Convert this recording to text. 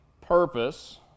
purpose